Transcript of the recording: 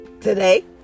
today